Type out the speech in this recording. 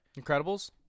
Incredibles